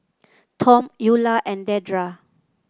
Tom Eulah and Dedra